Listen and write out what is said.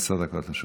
עשר דקות לרשותך.